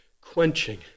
quenching